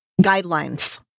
guidelines